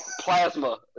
Plasma